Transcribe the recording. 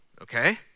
okay